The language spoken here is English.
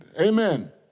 Amen